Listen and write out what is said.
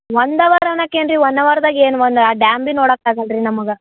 ಒಂದು ಅವರನ ಕೆನ್ರಿ ಒನ್ ಅವರ್ದಾಗ ಏನು ಒಂದು ಡ್ಯಾಮ್ ಬಿ ನೊಡೋಕಾಗಲ್ರೀ ನಮ್ಗ